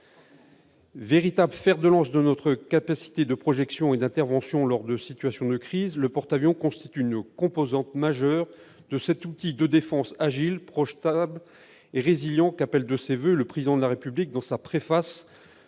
Véritable fer de lance de notre capacité de projection et d'intervention lors de situations de crise, le porte-avions constitue une composante majeure de cet « outil de défense agile, projetable et résilient » qu'appelle de ses voeux le Président de la République dans la préface